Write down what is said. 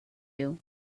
you